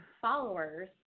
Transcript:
followers